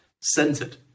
centered